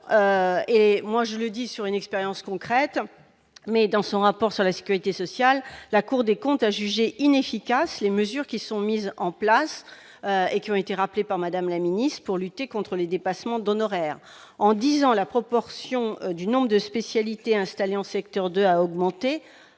et moi je le dis sur une expérience concrète mais dans son rapport sur la sécurité sociale, la Cour des comptes a jugé inefficaces les mesures qui sont mises en place et qui ont été rappelés par Madame la Ministre, pour lutter contre les dépassements d'honoraires en 10 ans la proportion du nombre de spécialités installés en secteur 2 a augmenté,